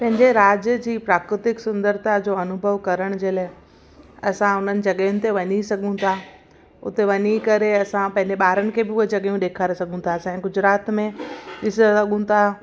पंहिंजे राज्य जी प्राकृतिक सुंदरता जो अनुभव करण जे लाइ असां उन्हनि जॻहयुनि ते वञी सघूं था उते वञी करे असां पंहिंजे ॿारनि खे बि उहा जॻहयूं ॾेखारे सघूं था असांजे गुजरात में ॾिसी सघूं था